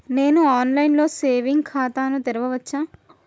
నేను online లో saving ఖాతా ను తెరవచ్చా?